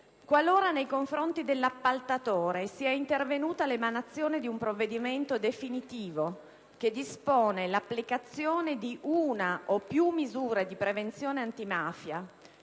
qualora nei confronti dell'appaltatore sia intervenuta l'emanazione di un provvedimento definitivo, che dispone l'applicazione di una o più misure di prevenzione antimafia,